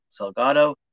Salgado